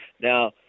Now